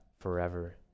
forever